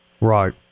Right